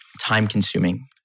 time-consuming